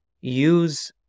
use